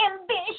Ambitious